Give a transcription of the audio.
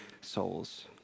souls